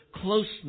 closeness